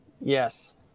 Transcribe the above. Yes